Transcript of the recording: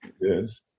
Yes